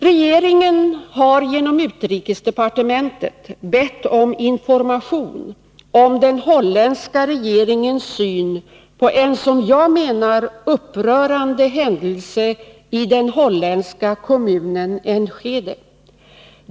Regeringen har genom utrikesdepartementet bett om information beträffande den holländska regeringens syn på en, som jag menar, upprörande händelse i den holländska kommunen Enschede.